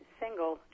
single